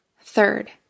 Third